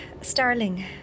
Starling